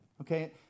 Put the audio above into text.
Okay